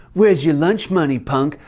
where's your lunch money, punk?